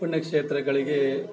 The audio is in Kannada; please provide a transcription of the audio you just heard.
ಪುಣ್ಯಕ್ಷೇತ್ರಗಳಿಗೆ